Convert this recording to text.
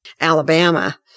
Alabama